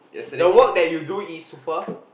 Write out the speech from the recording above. the work that you do is super